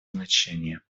значение